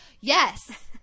yes